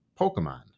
Pokemon